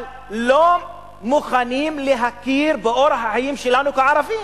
אבל לא מוכנים להכיר באורח החיים שלנו כערבים,